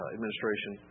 Administration